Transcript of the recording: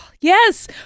Yes